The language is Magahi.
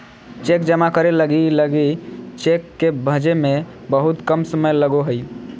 चेक जमा करे लगी लगी चेक के भंजे में बहुत कम समय लगो हइ